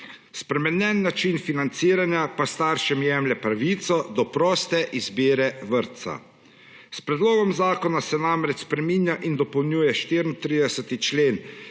Spremenjen način financiranja pa staršem jemlje pravico do proste izbire vrtca. S predlogom zakona se namreč spreminja in dopolnjuje 34. člen